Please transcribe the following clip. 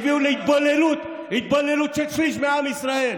שהביאו להתבוללות של שליש מעם ישראל.